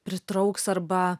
pritrauks arba